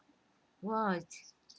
!wah!